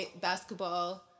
basketball